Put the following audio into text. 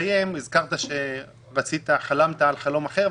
הזכרת שחלמת על חלום אחר.